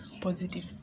positive